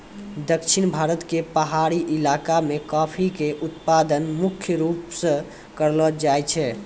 दक्षिण भारत के पहाड़ी इलाका मॅ कॉफी के उत्पादन मुख्य रूप स करलो जाय छै